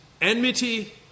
enmity